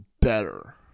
better